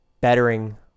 bettering